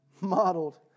modeled